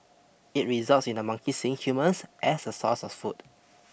it results in the monkeys seeing humans as a sources of food